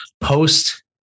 Post-